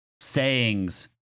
sayings